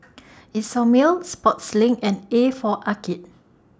Isomil Sportslink and A For Arcade